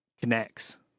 connects